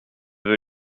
veut